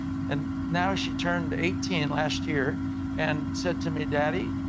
and now she turned eighteen last year and said to me, daddy,